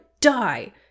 die